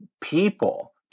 people